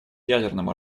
ядерному